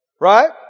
right